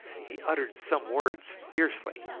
he uttered some words fiercely,